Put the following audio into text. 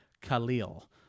Khalil